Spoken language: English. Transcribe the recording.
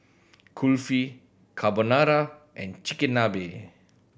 Kulfi Carbonara and Chigenabe